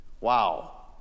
wow